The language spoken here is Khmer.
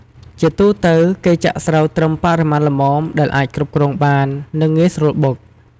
ជាទូទៅ គេចាក់ស្រូវត្រឹមបរិមាណល្មមដែលអាចគ្រប់គ្រងបាន និងងាយស្រួលបុក។